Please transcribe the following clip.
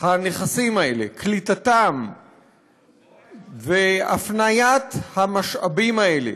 הנכסים האלה, קליטתם והפניית המשאבים האלה